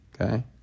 Okay